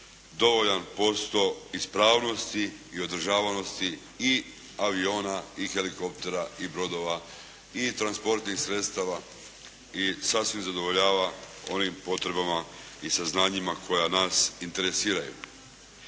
dovoljan posto ispravnosti i održavanosti i aviona i helikoptera i brodova i transportnih sredstava, i sasvim zadovoljava onim potrebama i saznanjima koja nas interesiraju.